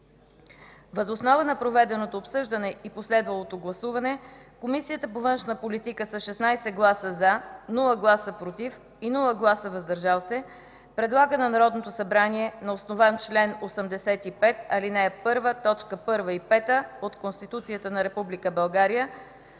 Въз основа на проведеното обсъждане и последвалото гласуване, Комисията по външна политика с 16 гласа „за”, без „против” и „въздържали се”, предлага на Народното събрание на основание чл. 85, ал. 1 т. 1 и 5 от Конституцията на Република